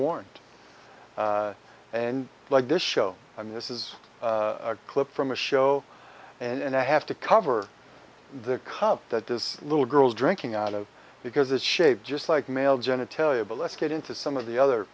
warned and like this show i mean this is a clip from a show and i have to cover the cup that this little girl drinking out of because it's shaped just like male genitalia but let's get into some of the other